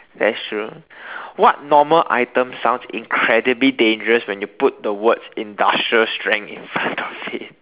that's true what normal items sounds incredibly dangerous when you put the words industrial strength in front of it